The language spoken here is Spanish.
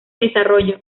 desarrollo